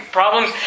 problems